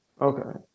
Okay